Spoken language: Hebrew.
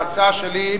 ההצעה שלי,